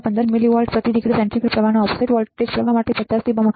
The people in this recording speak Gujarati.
15 મિલી વોલ્ટ પ્રતિ ડિગ્રી સેન્ટીગ્રેડ પ્રવાહના ઓફસેટ વોલ્ટેજ પ્રવાહ માટે 50 થી બમણું